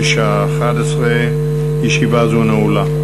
בשעה 11:00. ישיבה זו נעולה.